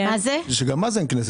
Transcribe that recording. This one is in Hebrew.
אבל גם אז אין כנסת,